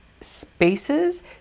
Spaces